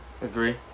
Agree